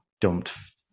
dumped